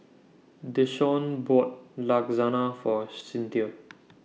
Desean bought Lasagna For Cinthia